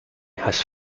has